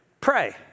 Pray